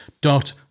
dot